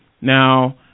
Now